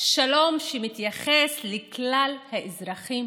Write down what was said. שלום שמתייחס לכלל האזרחים